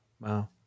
Wow